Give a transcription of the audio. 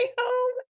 home